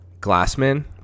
Glassman